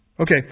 Okay